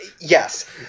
Yes